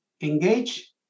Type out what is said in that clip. engage